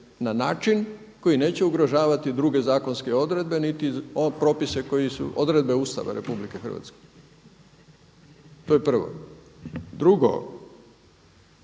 na način koji neće ugrožavati druge zakonske odredbe niti propise koji su, odredbe Ustava Republike Hrvatske. To je prvo. Drugo,